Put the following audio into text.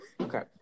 Okay